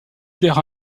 perd